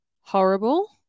horrible